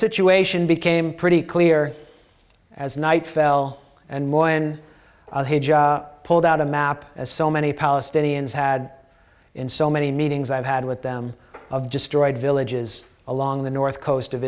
situation became pretty clear as night fell and moyen pulled out a map as so many palestinians had in so many meetings i've had with them of destroyed villages along the north coast of